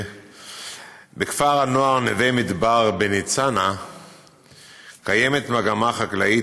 בכפר הנוער נווה מדבר בניצנה קיימת מגמה חקלאית,